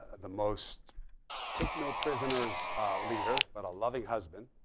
the most take no prisoners leader, but a loving husband,